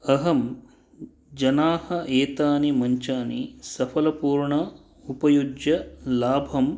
अहं जनाः एतानि मञ्चानि सफलपूर्णं उपयुज्य लाभं